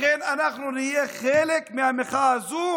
לכן אנחנו נהיה חלק מהמחאה הזאת